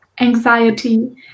anxiety